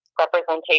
Representation